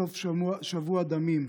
סוף שבוע דמים.